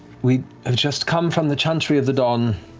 we have just come from the chantry of the dawn,